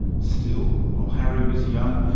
still, while harry was young,